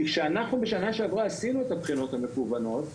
כי כשעשינו בסוף השנה שעברה את הבחינות הפרונטליות,